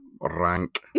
rank